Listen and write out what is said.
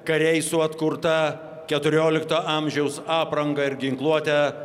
kariai su atkurta keturiolikto amžiaus apranga ir ginkluote